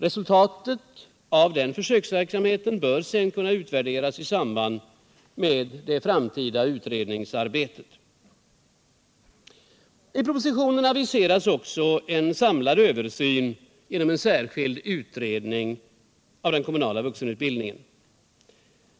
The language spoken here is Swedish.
Resultatet av denna försöksverksamhet bör sedan kunna utvärderas i samband med det framtida utredningsarbetet. I propositionen aviseras också en samlad översyn genom en särskild utredning av den kommunala vuxenutbildningen.